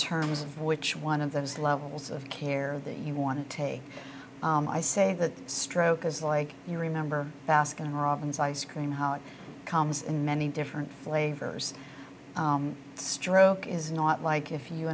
terms of which one of those levels of care that you want to take i say the stroke is like you remember baskin robins ice cream how it comes in many different flavors stroke is not like if you